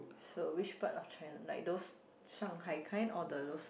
so which part of China like those Shanghai kind or the those